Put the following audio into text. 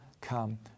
come